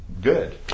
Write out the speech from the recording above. good